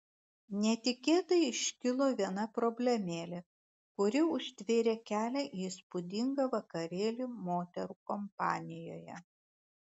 netikėtai iškilo viena problemėlė kuri užtvėrė kelią į įspūdingą vakarėlį moterų kompanijoje